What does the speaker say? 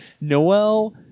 Noel